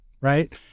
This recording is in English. right